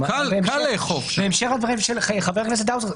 בהמשך לדברים של חבר הכנסת האוזר,